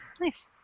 Nice